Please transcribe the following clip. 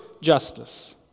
justice